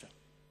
878,